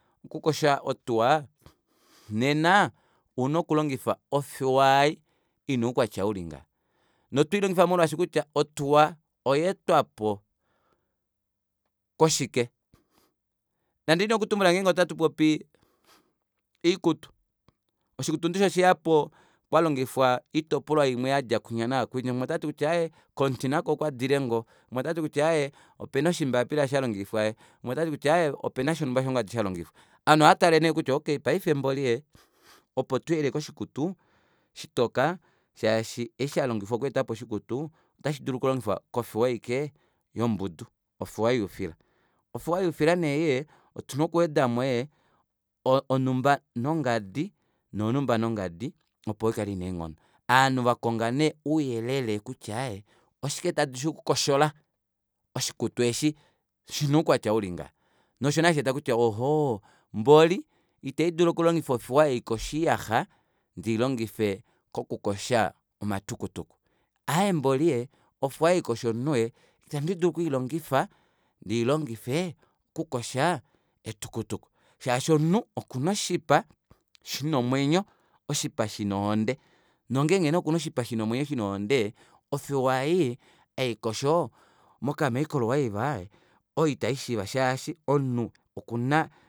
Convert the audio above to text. Opo ukoshe otuwa nene ouna okulongifa ofewa ei ina oukwatya ulingaha notwiilongifa molwaashi kutya otuwa oyaetwapo koshike ndadini okutumbula ngenge ohatupopi oikutu oikutu ndishi oyeyapo kwalongifwa oitopolwa yandja kwiinya naakwiya umwe otati kutya aaye komuti nako okwadile ngoo umwe otati kutya aaye opena oshimbapila shalongifwa umwe otati aaye opena shonumba noshongadi shalongifwa ovanhu ohaatale nee kutya okey paife mboli ee opo tuye koshikutu shitoka shaashi eshi shalongifwa okweetapo oshikutu ota shidulu okulongifwa kofewa aashike yombudu ofewa youdila ofewa youfila nee ei yee otuna okuwedamo onumba nongadi nonumba nongadi opo ikale ina eenghono ovanhu vakonga nee ouyelele kutya ee oshike tashidulu okukoshola oshikutu eeshi shina oukwatya ulingaha nosho nee hasheeta kutya ohoo mboli ita ndidulu okulongifa ofewa haikosho oiyaxa ndiilongife okukosha omatukutuku aaye mboli ee ofewa ei haikosho ovanhu ita ndididulu okwiilongifa ndiilongife okukosha etukutuku shaashi shaashi omunhu okuna oshipa shina omwenyo oshipa shina ohonde nongenge nee okuna oshipa shina omwenyo shina ohonde ofewa ei haikosha moka microwave oyo ita ishiiva shaashi omunhu okuna